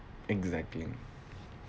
exactly